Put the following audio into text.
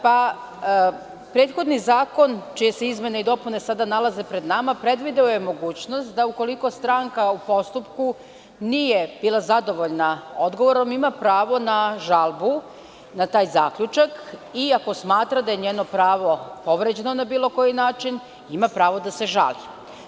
Prethodni zakon, čije se izmene i dopune sada nalaze pred nama, predvideo je mogućnost da, ukoliko stranka u postupku nije bila zadovoljna odgovorom, ima pravo na žalbu, na taj zaključak i ako smatra da je njeno pravo povređeno na bilo koji način, ima pravo da se žali.